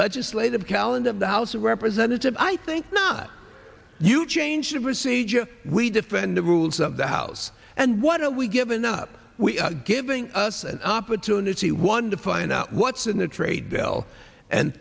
legislative calendar of the house of representatives i think not you change the procedure we defend the rules of the house and what are we giving up we are giving us an opportunity one to find out what's in the trade bill and